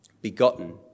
Begotten